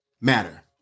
matter